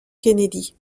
kennedy